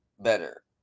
better